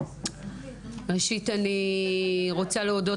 תחילה, אני רוצה להודות